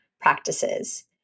practices